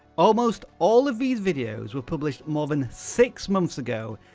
almost all of these videos were published more than six months ago,